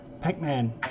Pac-Man